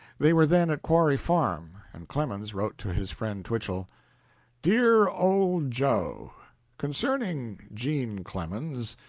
they were then at quarry farm, and clemens wrote to his friend twichell dear old joe concerning jean clemens,